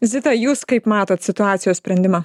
zita jūs kaip matot situacijos sprendimą